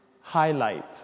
highlight